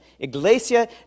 Iglesia